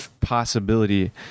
possibility